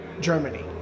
Germany